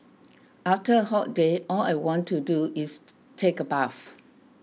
after a hot day all I want to do is take a bath